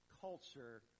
culture